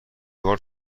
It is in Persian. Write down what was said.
بار